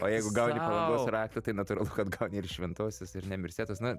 o jeigu gauni palangos raktą tai natūralu kad gauni ir šventosios ir nemirsetos na